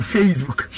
Facebook